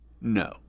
no